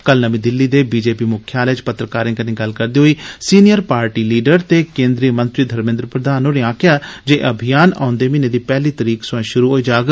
कल नमीं दिल्ली दे बीजेपी मुख्यालय इच पत्रकारें कन्नै गल्ल करदे होई सीनियर पार्टी लीडर ते केंद्रीय मंत्री धरमेंद्र प्रधान होरें आक्खेआ जे एह् अभियान औंदे म्हीने दी पैहली तरीक सोआं शुरू होई जाग